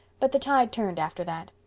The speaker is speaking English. but the tide turned after that.